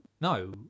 no